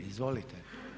Izvolite.